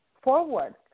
forward